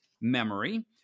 Memory